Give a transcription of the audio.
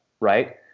right